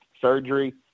surgery